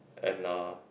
and uh